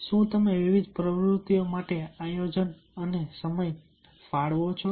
શું તમે વિવિધ પ્રવૃત્તિઓ માટે આયોજન અને સમય ફાળવો છો